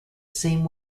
same